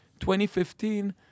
2015